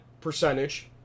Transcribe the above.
percentage